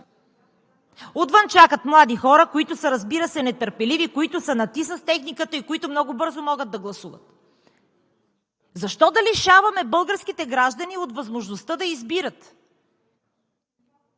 Отвън чакат млади хора, които са, разбира се, нетърпеливи, които са на „ти“ с техниката и много бързо могат да гласуват. Защо да лишаваме българските граждани от възможността да избират?